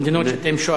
המדינות שאתם שואפים,